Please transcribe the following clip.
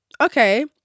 okay